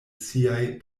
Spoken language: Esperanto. siaj